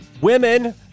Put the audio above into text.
women